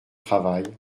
travail